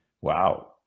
Wow